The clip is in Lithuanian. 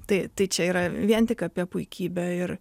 tai tai čia yra vien tik apie puikybę ir